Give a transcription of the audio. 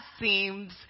seems